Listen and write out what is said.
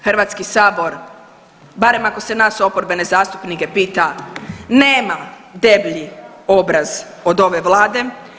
Hrvatski sabor barem ako se nas oporbene zastupnike pita nema deblji obraz od ove Vlade.